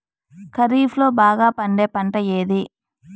ఖరీఫ్ లో బాగా పండే పంట ఏది?